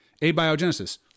abiogenesis